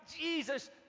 Jesus